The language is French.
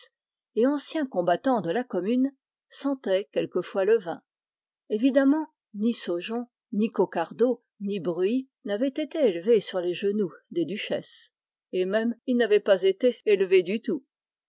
et ancien combattant de la commune sentait quelquefois le vin évidemment ni saujon ni coquardeau ni bruys n'avaient été élevés sur les genoux des duchesses et même ils n'avaient pas été élevés du tout